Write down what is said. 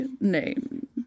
name